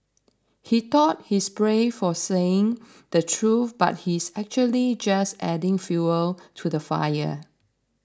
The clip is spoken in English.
he thought he's brave for saying the truth but he's actually just adding fuel to the fire